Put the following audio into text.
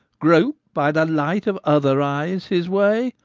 grope by the light of other eyes his way,